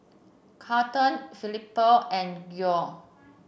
Carlton Felipe and Geo